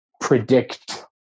predict